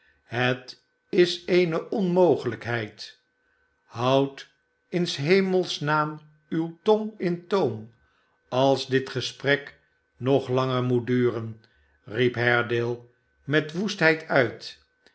het is eene or mogelijkheid shoud in s hemels naam uw tong in toom als dit gesprek nog langer moet duren riep haredale met woestheid uit